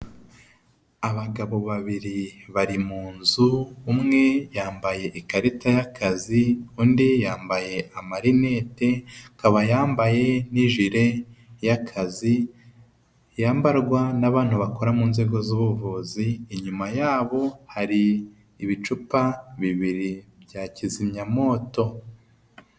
Abagabo babiri bari mu nzu, umwe yambaye ikarita y'akazi, undi yambaye amarinete, akaba yambaye n'ijire y'akazi, yambarwa n'abantu bakora mu nzego z'ubuvuzi, inyuma yabo hari ibicupa bibiri bya kizimyamoto.